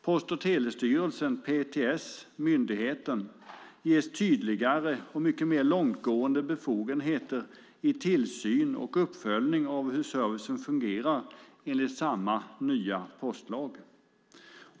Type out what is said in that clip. Post och telestyrelsen, myndigheten PTS, ges tydligare och mycket mer långtgående befogenheter i tillsyn och uppföljning av hur servicen fungerar enligt samma nya postlag.